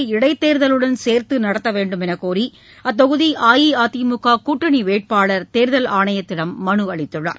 வேலா் இடைத்தேர்தலுடன் சேர்து நடத்த வேண்டுமென்று கோரி அத்தொகுதி அஇஅதிமுக கூட்டணி வேட்பாளர் தேர்தல் ஆணையத்திடம் மனு அளித்துள்ளார்